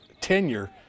tenure